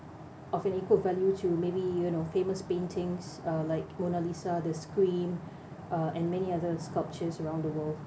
of an equal value to maybe you know famous paintings uh like mona lisa the scream uh and many others sculptures around the world